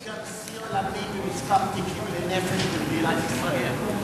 יש גם שיא עולמי במספר תיקים לנפש במדינת ישראל.